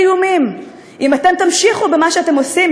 לאיומים: אם אתם תמשיכו במה שאתם עושים,